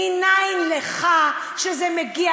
מנין לך שזה מגיע